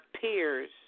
peers